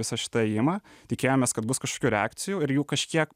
visą šitą ėjimą tikėjomės kad bus kažkokių reakcijų ir jų kažkiek